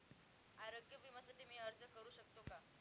आरोग्य विम्यासाठी मी अर्ज करु शकतो का?